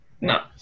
No